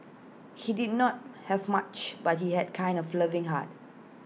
he did not have much but he had kind of loving heart